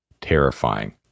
terrifying